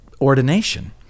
ordination